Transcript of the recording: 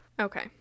Okay